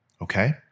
okay